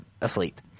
asleep